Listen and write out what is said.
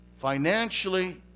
Financially